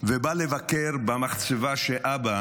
ובא לבקר במחצבה שאבא,